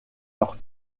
leurs